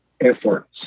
efforts